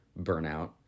burnout